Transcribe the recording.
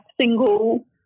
single